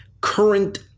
current